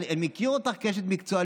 אני מכיר אותך כאשת מקצוע,